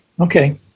Okay